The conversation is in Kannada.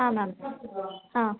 ಹಾಂ ಮ್ಯಾಮ್ ಹಾಂ